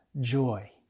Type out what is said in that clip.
joy